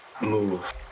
move